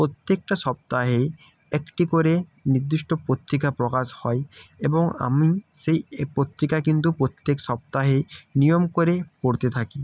প্রত্যেকটা সপ্তাহেই একটি করে নির্দিষ্ট পত্রিকা প্রকাশ হয় এবং আমি সেই এ পত্রিকা কিন্তু প্রত্যেক সপ্তাহে নিয়ম করে পড়তে থাকি